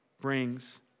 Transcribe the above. brings